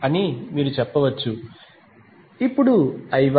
అని మీరు చెప్పవచ్చు అప్పుడు I1I2I30